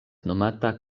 nomata